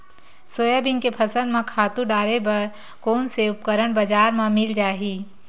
Soybean के फसल म खातु डाले बर कोन से उपकरण बजार म मिल जाहि?